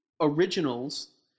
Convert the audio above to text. originals